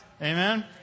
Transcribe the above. Amen